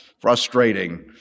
frustrating